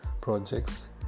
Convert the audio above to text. projects